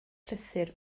llythyr